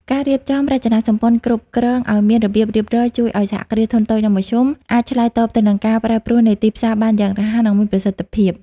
ការរៀបចំរចនាសម្ព័ន្ធគ្រប់គ្រងឱ្យមានរបៀបរៀបរយ ជួយឱ្យ សហគ្រាសធុនតូច និងមធ្យម អាចឆ្លើយតបទៅនឹងការប្រែប្រួលនៃទីផ្សារបានយ៉ាងរហ័ស និងមានប្រសិទ្ធភាព។